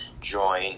join